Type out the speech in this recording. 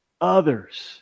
others